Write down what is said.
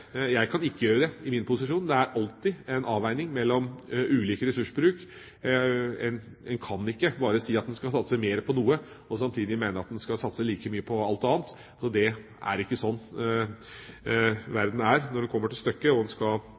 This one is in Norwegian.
Jeg kan ikke gjøre det i min posisjon – det er alltid en avveining mellom ulik ressursbruk. En kan ikke bare si at en skal satse mer på noe og samtidig mene at en skal satse like mye på alt annet. Det er ikke slik verden er når det kommer til stykket og en skal